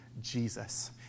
Jesus